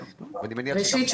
ראשית,